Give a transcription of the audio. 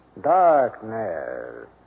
Darkness